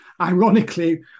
ironically